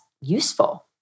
useful